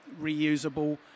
reusable